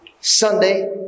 Sunday